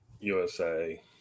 USA